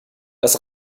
das